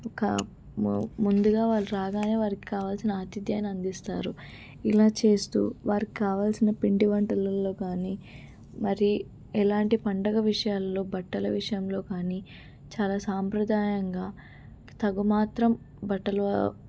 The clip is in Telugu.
ఒక ముం ముందుగా వాళ్ళు రాగానే వారికి కావాల్సిన ఆతిధ్యాన్ని అందిస్తారు ఇలా చేస్తూ వారికి కావాల్సిన పిండి వంటలల్లో కానీ మరి ఎలాంటి పండుగ విషయాల్లో బట్టల విషయంలో కానీ చాలా సాంప్రదాయంగా తగు మాత్రం బట్టలు